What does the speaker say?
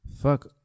fuck